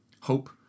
Hope